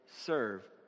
serve